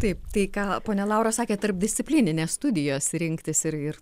taip tai ką ponia laura sakė tarpdisciplinines studijas rinktis ir ir